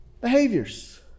behaviors